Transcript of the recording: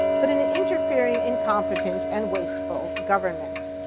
but an an interfering, incompetent, and wasteful government.